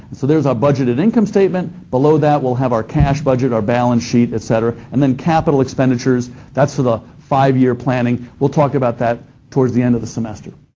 so there's our budgeted income statement. below that we'll have our cash budget, our balance sheet, etc, and then capital expenditures. that's for the five year planning. we'll talk about that towards the end of the semester.